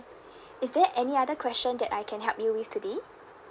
okay is there any other question that I can help you with today